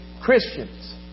Christians